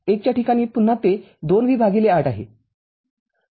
१ च्या ठिकाणी पुन्हा ते २V ८आहे